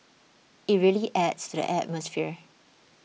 it really adds to the atmosphere